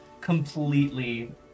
completely